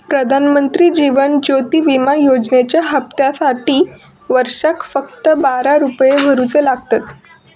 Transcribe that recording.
प्रधानमंत्री जीवन ज्योति विमा योजनेच्या हप्त्यासाटी वर्षाक फक्त बारा रुपये भरुचे लागतत